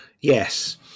Yes